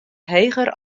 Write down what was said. heger